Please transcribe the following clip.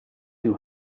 too